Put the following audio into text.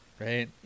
right